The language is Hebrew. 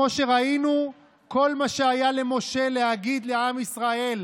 אולי תגיד לנו משהו על הבבא סאלי.